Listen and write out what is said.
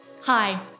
Hi